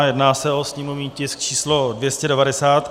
Jedná se o sněmovní tisk číslo 290.